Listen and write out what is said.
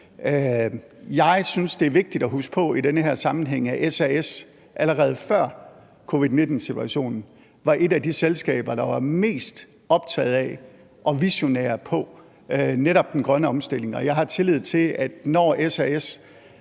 her sammenhæng er vigtigt at huske på, at SAS allerede før covid-19-situationen var et af de selskaber, der var mest optaget af og visionære på netop den grønne omstilling. Og jeg har tillid til, at når SAS